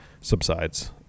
subsides